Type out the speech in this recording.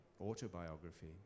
autobiography